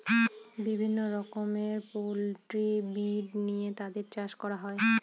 বিভিন্ন রকমের poultry breed নিয়ে তাদের চাষ করা হয়